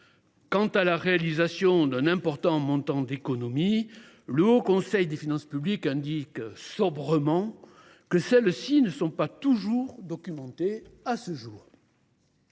Quant à la réalisation d’un important montant d’économies, le Haut Conseil des finances publiques indique sobrement que celles ci sont « toujours peu documentées à ce jour